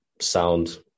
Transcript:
sound